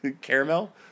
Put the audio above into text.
Caramel